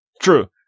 true